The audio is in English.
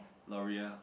Loreal